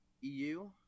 EU